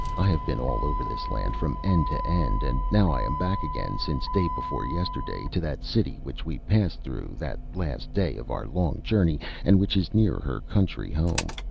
i have been all over this land, from end to end, and now i am back again since day before yesterday, to that city which we passed through, that last day of our long journey, and which is near her country home.